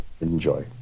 enjoy